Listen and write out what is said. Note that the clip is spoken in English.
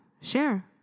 Share